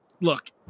look